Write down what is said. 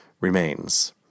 remains